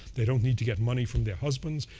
they don't need to get money from their husbands.